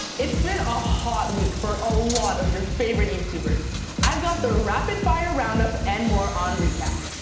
it's been a hot week for a lot of your favourite youtubers i've got the rapid fire roundup and more on recap.